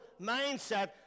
mindset